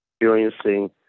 experiencing